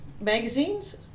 Magazines